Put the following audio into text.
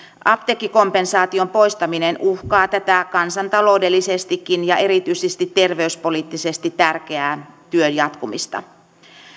apteekkikompensaation poistaminen uhkaa tätä kansantaloudellisestikin ja erityisesti terveyspoliittisesti tärkeän työn jatkumista